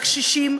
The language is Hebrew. הקשישים,